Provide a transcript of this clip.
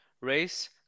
Race